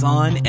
on